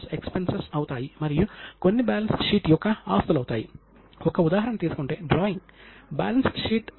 అది కూడా లిఖితపూర్వకంగా అందుబాటులో ఉంది